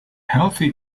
healthy